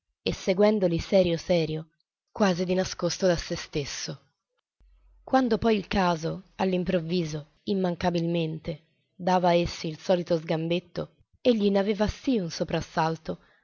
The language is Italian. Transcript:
e seguendoli serio serio quasi di nascosto da se stesso quando poi il caso all'improvviso immancabilmente dava a essi il solito sgambetto egli n'aveva sì un